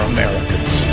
Americans